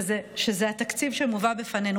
שזה התקציב שמובא בפנינו.